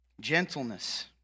Gentleness